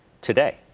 today